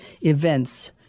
events